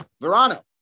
Verano